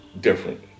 different